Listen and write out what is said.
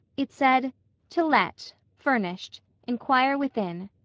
it said to let, furnished. inquire within.